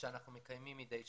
שאנחנו מקיימים מדי שבוע.